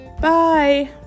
Bye